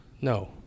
no